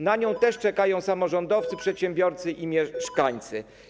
Na nią też czekają samorządowcy, przedsiębiorcy i mieszkańcy.